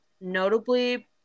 notably